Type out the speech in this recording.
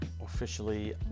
officially